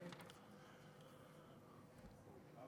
אמן.